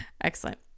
excellent